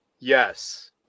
yes